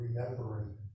Remembering